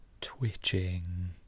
twitching